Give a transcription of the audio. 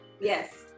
yes